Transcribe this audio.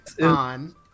on